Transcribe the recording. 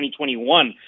2021